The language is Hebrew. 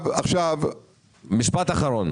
משפט אחרון.